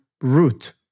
root